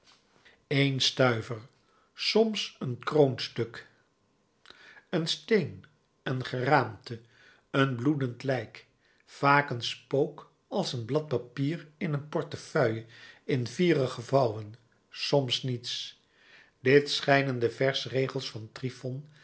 een stuiver soms een kroonstuk een steen een geraamte een bloedend lijk vaak een spook als een blad papier in een portefeuille in vieren gevouwen soms niets dit schijnen de versregels van